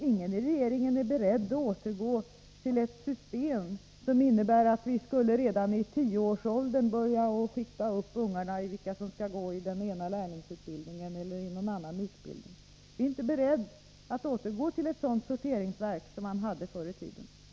Ingen i regeringen är dock beredd att återgå till ett system som innebär att vi skulle börja skikta ungarna redan i tioårsåldern och säga vilka som skall gå i lärlingsutbildning och vilka som skall gå i någon annan utbildning. Vi är inte beredda att återgå till ett sådant sorteringsverk som man hade förr i tiden.